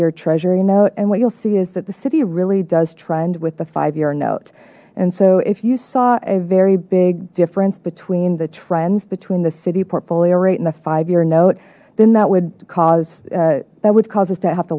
year treasury note and what you'll see is that the city really does trend with the five year note and so if you saw a very big difference between the trends between the city portfolio rate and the five year note then that would cause that would cause us to have to